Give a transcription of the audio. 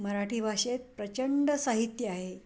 मराठी भाषेत प्रचंड साहित्य आहे